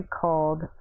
called